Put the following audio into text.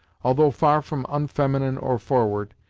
although far from unfeminine or forward,